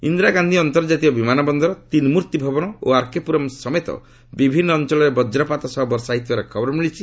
ଇନ୍ଦିରା ଗାନ୍ଧୀ ଅନ୍ତର୍ଜାତୀୟ ବିମାନ ବନ୍ଦର ତିନ୍ମୂର୍ଭି ଭବନ ଓ ଆର୍କେ ପୁରମ୍ ସମେତ ବିଭିନ୍ନ ଅଞ୍ଚଳରେ ବକ୍ରପାତ ସହ ବର୍ଷା ହୋଇଥିବାର ଖବର ମିଳିଛି